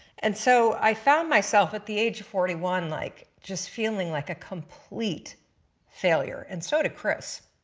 and so i found myself at the age of forty one like just feeling like a complete failure and so did chris.